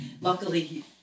Luckily